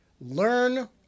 Learn